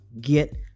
Get